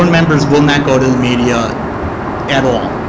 um and members will not go to the media at all.